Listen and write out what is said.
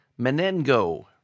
Menengo